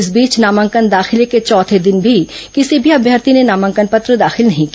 इस बीच नामांकन दाखिले के चौथे दिन भी किसी भी अभ्यर्थी ने नामांकन पत्र दाखिल नहीं किया